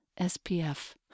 SPF